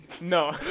No